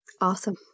Awesome